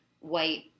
white